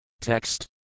Text